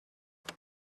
that